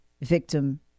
victim